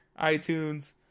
iTunes